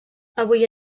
avui